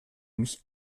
mich